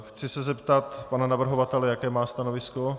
Chci se zeptat pana navrhovatele, jaké má stanovisko.